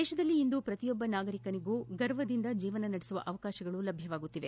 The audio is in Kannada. ದೇಶದಲ್ಲಿ ಇಂದು ಪ್ರತಿಯೊಬ್ಬ ನಾಗರಿಕನಿಗೂ ಗರ್ವದಿಂದ ಜೀವನ ನಡೆಸುವ ಅವಕಾಶಗಳು ಲಭ್ಯವಾಗುತ್ತಿದೆ